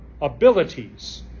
abilities